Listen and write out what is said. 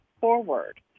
forward